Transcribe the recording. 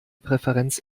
präferenz